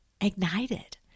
ignited